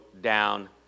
down